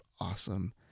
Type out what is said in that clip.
awesome